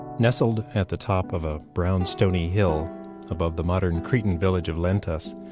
nestled at the top of a brown, stony hill above the modern cretan village of lentas,